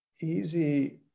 easy